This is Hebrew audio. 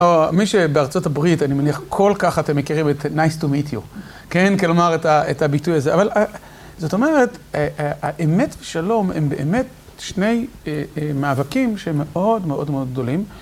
מי שבארצות הברית, אני מניח, כל כך אתם מכירים את Nice to meet you. כן, כלומר את הביטוי הזה. אבל זאת אומרת, האמת ושלום הם באמת שני מאבקים שמאוד מאוד מאוד גדולים.